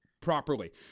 properly